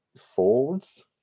Fords